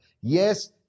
yes